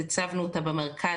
הצבנו אותה במרכז,